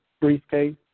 briefcase